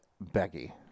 Becky